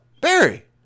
Barry